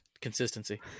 Consistency